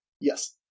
Yes